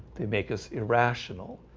they make us irrational.